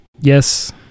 Yes